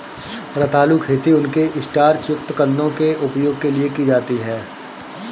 रतालू खेती उनके स्टार्च युक्त कंदों के उपभोग के लिए की जाती है